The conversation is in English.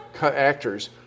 actors